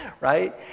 right